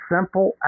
Simple